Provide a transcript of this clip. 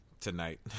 Tonight